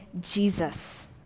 Jesus